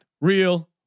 Real